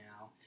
now